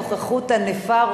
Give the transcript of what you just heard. נוכחות ענפה,